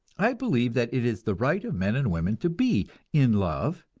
i believe that it is the right of men and women to be in love,